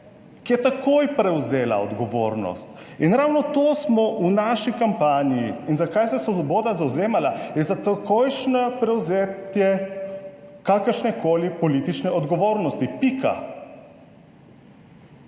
ki je takoj prevzela odgovornost. In ravno to smo v naši kampanji. In zakaj se je Svoboda zavzemala, ja za takojšnje prevzetje kakršnekoli politične odgovornosti. Pika.